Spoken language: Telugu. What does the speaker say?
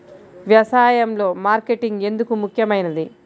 వ్యసాయంలో మార్కెటింగ్ ఎందుకు ముఖ్యమైనది?